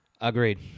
Agreed